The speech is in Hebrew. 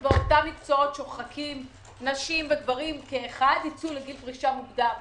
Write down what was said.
ובהם נשים וגברים כאחד ייצאו לגיל פרישה מוקדם.